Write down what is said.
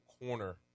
corner